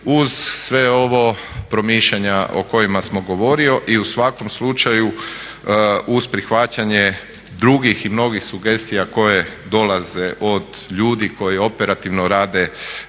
Uz sve ovo promišljanja o kojima sam govorio i u svakom slučaju uz prihvaćanje drugih i mnogih sugestija koje dolaze od ljudi koji operativno rade